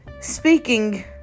Speaking